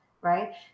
right